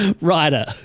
Writer